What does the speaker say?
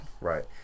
Right